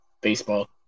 baseball